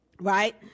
Right